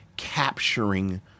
capturing